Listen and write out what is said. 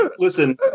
Listen